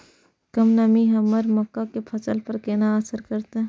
कम नमी हमर मक्का के फसल पर केना असर करतय?